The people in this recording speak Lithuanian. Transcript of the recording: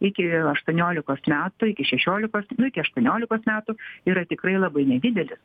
iki aštuoniolikos metų iki šešiolikos nu iki aštuoniolikos metų yra tikrai labai nedidelis